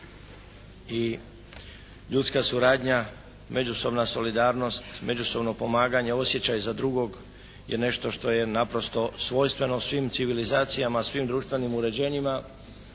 i ljudska suradnja, međusobna solidarnost, međusobno pomaganje, osjećaj za drugog je nešto što je naprosto svojstveno svim civilizacijama, svim društvenim uređenjima,